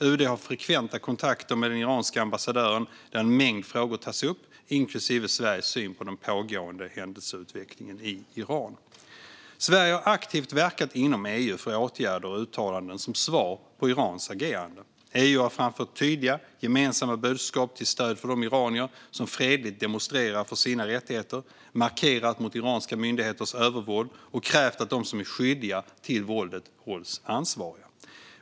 UD har frekventa kontakter med den iranska ambassadören där en mängd frågor tas upp, inklusive Sveriges syn på den pågående händelseutvecklingen i Iran. Sverige har aktivt verkat inom EU för åtgärder och uttalanden som svar på Irans agerande. EU har framfört tydliga gemensamma budskap till stöd för de iranier som fredligt demonstrerar för sina rättigheter, markerat mot iranska myndigheters övervåld och krävt att de som är skyldiga till våldet hålls ansvariga.